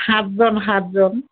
সাতজন সাতজন